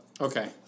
Okay